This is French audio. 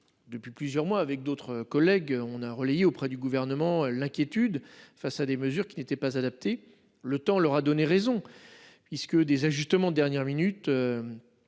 Depuis plusieurs mois avec d'autres collègues on a relayé auprès du gouvernement. L'inquiétude face à des mesures qui n'étaient pas adapté le temps leur a donné raison. Est ce que des ajustements dernières minutes.